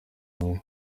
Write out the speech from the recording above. umwe